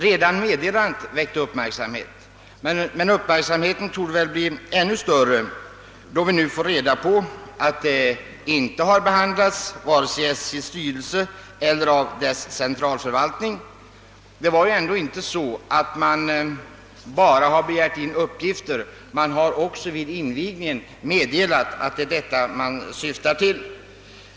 Redan själva meddelandet om rationaliseringen väckte uppmärksamhet, men denna torde bli ännu större, då det nu blir bekant att frågan inte hade behandlats vare sig inom SJ:s styrelse eller av dess centralförvaltning. Man hade ju inte bara begärt in uppgifter, utan man meddelade också vid invigningen att man syftade till rationaliseringar.